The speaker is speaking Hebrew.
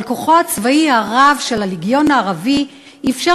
אבל כוחו הצבאי הרב של הלגיון הערבי אפשר